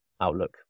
outlook